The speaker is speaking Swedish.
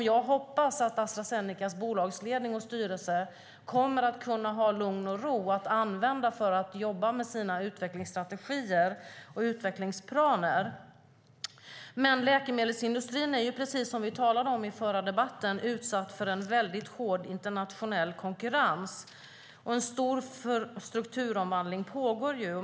Jag hoppas att Astra Zenecas bolagsledning och styrelse kommer att kunna ha lugn och ro under de sex månaderna och kan använda dem för att jobba med sina utvecklingsstrategier och utvecklingsplaner. Men läkemedelsindustrin är, precis om vi talade om i den förra debatten, utsatt för väldigt hård internationell konkurrens. Och en stor strukturomvandling pågår.